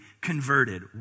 converted